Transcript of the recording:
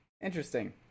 Interesting